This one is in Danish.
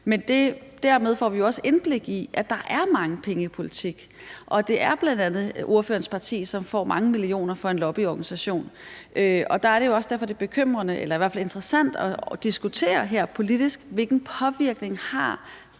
Men dermed får vi jo også indblik i, at der er mange penge i politik, og det er bl.a. ordførerens parti, som får mange millioner fra en lobbyorganisation. Det er jo også derfor, det er bekymrende eller i hvert fald interessant at diskutere her politisk, hvilken påvirkning alle